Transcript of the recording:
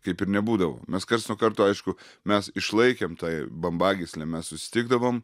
kaip ir nebūdavo mes karts nuo karto aišku mes išlaikėm tą bambagyslę mes susitikdavom